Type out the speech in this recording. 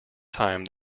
time